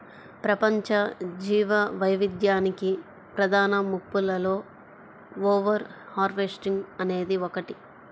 ప్రపంచ జీవవైవిధ్యానికి ప్రధాన ముప్పులలో ఓవర్ హార్వెస్టింగ్ అనేది ఒకటి